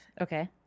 Okay